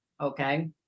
Okay